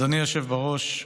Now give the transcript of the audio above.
אדוני היושב בראש,